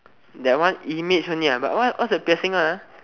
that one image only what's the piercing one